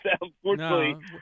unfortunately